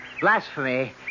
blasphemy